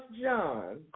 John